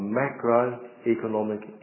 macroeconomic